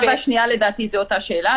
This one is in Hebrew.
השאלה הראשונה והשנייה לדעתי זה אותה שאלה,